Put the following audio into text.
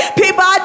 people